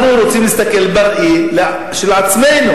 אנחנו רוצים להסתכל בראי של עצמנו.